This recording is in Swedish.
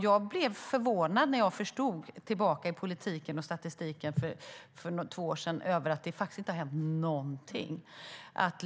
Jag blev förvånad när jag, tillbaka i politiken och statistiken för två år sedan, förstod att det faktiskt inte har hänt något alls.